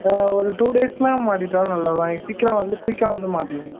two டேஸ்சில் மாட்டிகிட்டாலும் நல்லது தான் சீக்கிரம் வந்து குயிக்காக வந்து மாட்டிடுங்க